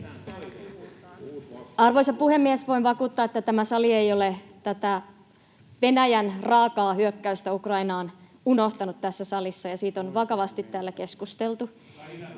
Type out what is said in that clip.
Arvoisa puhemies! Voin vakuuttaa, että tämä sali ei ole tätä Venäjän raakaa hyökkäystä Ukrainaan unohtanut ja siitä on vakavasti täällä keskusteltu.